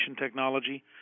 technology